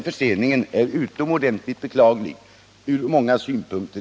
Förseningen är utomordentligt beklaglig från många synpunkter.